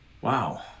Wow